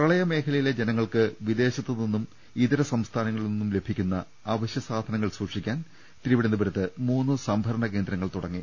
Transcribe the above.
പ്രളയ മേഖലയിലെ ജനങ്ങൾക്ക് വിദേശത്തുനിന്നും ഇതര സംസ്ഥാനങ്ങളിൽ നിന്നും ലഭിക്കുന്ന അവശ്യസാധനങ്ങൾ സൂക്ഷിക്കാൻ തിരുവനന്തപുരത്ത് മൂന്ന് സംഭരണകേന്ദ്രങ്ങൾ തുടങ്ങി